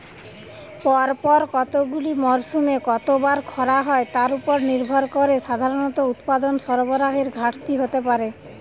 পরপর কতগুলি মরসুমে কতবার খরা হয় তার উপর নির্ভর করে সাধারণত উৎপাদন সরবরাহের ঘাটতি হতে পারে